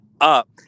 up